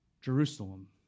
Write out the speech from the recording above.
Jerusalem